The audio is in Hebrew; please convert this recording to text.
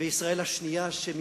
וישראל השנייה,